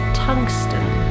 tungsten